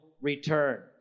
return